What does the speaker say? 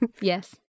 Yes